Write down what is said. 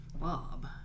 Bob